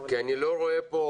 כי אני לא רואה פה